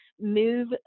move